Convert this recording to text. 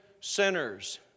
sinners